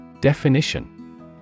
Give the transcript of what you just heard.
Definition